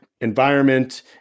environment